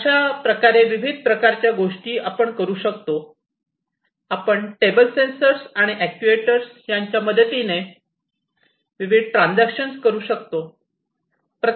अशा प्रकारे विविध प्रकारच्या गोष्टी आपण करू शकतो आपण टेबल्स सेन्सर आणि अॅक्ट्युएटर यांच्या मदतीने विविध ट्रांजेक्शन करू शकतो